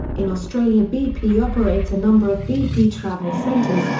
in australia bp operates a number of bp travel centres,